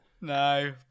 No